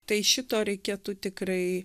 tai šito reikėtų tikrai